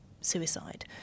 suicide